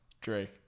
Drake